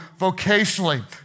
vocationally